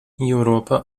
europa